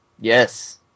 Yes